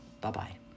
Bye-bye